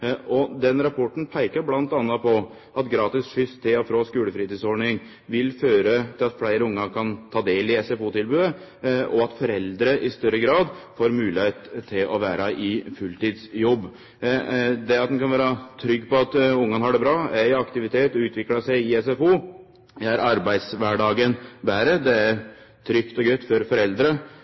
Den rapporten peiker bl.a. på at gratis skyss til og frå skulefritidsordninga vil føre til at fleire ungar kan ta del i SFO-tilbodet, og at foreldre i større grad får moglegheit til å vere i fulltidsjobb. Det at ein kan vere trygg på at ungane har det bra, er i aktivitet og utviklar seg i SFO, gjer arbeidskvardagen betre. Det er trygt og godt for